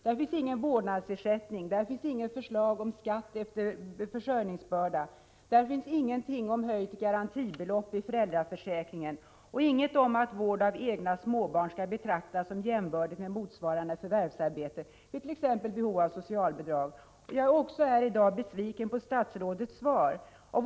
Där finns ingen vårdnadsersättning, inget förslag om skatt efter försörjningsbörda, ingenting om höjt garantibelopp i föräldraförsäkringen och ingenting om att vård av egna småbarn skall betraktas som jämbördigt med motsvarande förvärvsarbete, vid t.ex. behov av socialbidrag. Jag är i dag också besviken på statsrådets svar.